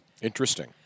Interesting